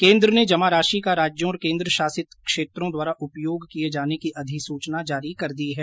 केन्द्र ने जमा राशि का राज्यों और केन्द्र शासित क्षेत्रों द्वारा उपयोग किये जाने की अधिसूचना जारी कर दी है